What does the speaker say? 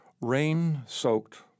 Rain-soaked